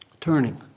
Turning